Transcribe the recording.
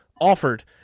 offered